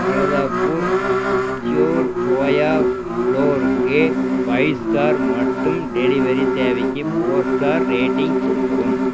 பலதா pure sure soya ஃப்ளோருக்கு five star மற்றும் delivery சேவைக்கு ஃபோர் ஸ்டார் ரேட்டிங் கொடுக்கவும்